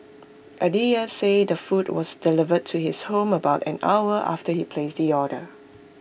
Aditya said the food was delivered to his home about an hour after he placed the order